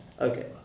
Okay